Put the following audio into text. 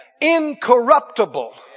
incorruptible